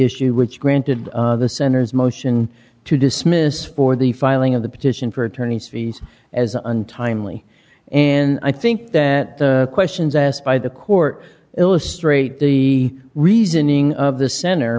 issue which granted the center's motion to dismiss for the filing of the petition for attorney's fees as untimely and i think that the questions asked by the court illustrate the reasoning of the center